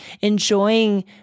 enjoying